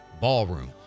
ballroom